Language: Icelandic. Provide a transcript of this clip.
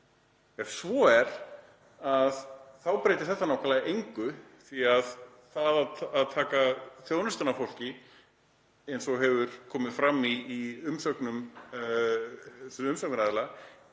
Ef svo er breytir þetta nákvæmlega engu því að það að taka þjónustuna af fólki, eins og hefur komið fram í umsögnum umsagnaraðila,